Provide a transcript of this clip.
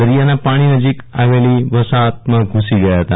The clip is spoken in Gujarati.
દરિયા ના પાણી નજીક આવેલી વસાહત માં ધુસી ગયા હતા